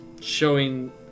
Showing